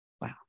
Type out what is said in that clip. Wow